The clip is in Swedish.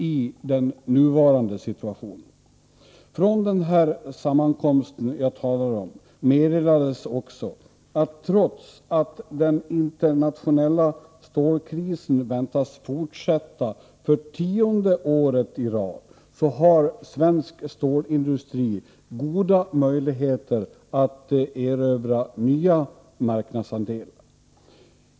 Från den här sammankomsten som jag talar om meddelades det också att svensk stålindustri, trots att den internationella stålkrisen väntas fortsätta för tionde året i rad, har goda möjligheter att erövra nya marknadsandelar.